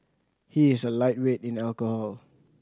he is a lightweight in alcohol